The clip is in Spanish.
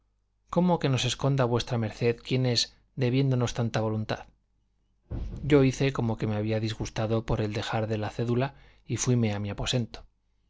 cómo que nos esconda v md quién es debiéndonos tanta voluntad yo hice como que me había disgustado por el dejar de la cédula y fuime a mi aposento